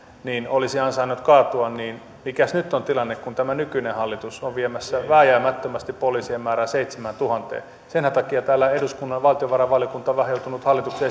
olisi ansainnut kaatua niin mikäs nyt on tilanne kun tämä nykyinen hallitus on viemässä vääjäämättömästi poliisien määrän seitsemääntuhanteen senhän takia täällä eduskunnan valtiovarainvaliokunta on vähän joutunut hallituksen